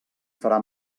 farà